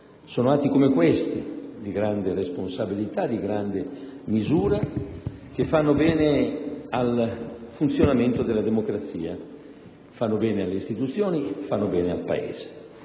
Sono atti come questi, di grande responsabilità e di grande misura, che fanno bene al funzionamento della democrazia, fanno bene alle istituzioni e fanno bene al Paese.